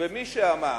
מי שאמר,